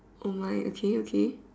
oh my okay okay